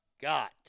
got